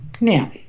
Now